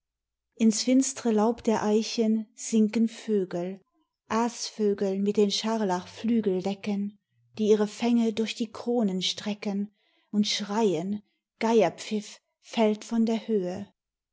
ins finstre laub der eichen sinken vögel aasvögel mit den scharlachflügeldecken die ihre fänge durch die kronen strecken und schreien geierpfiff fällt von der höhe